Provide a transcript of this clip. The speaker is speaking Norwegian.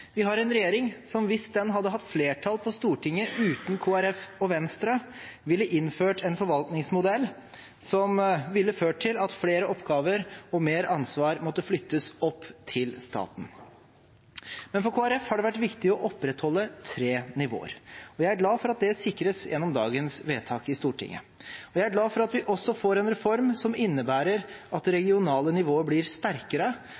Vi har en regjering som hvis den hadde hatt flertall på Stortinget uten Kristelig Folkeparti og Venstre, hadde innført en forvaltningsmodell som ville ført til at flere oppgaver og mer ansvar måtte flyttes opp til staten. For Kristelig Folkeparti har det vært viktig å opprettholde tre nivåer, og jeg er glad for at det sikres gjennom dagens vedtak i Stortinget. Jeg er glad for at vi får en reform som også innebærer at det regionale nivået blir sterkere